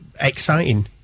exciting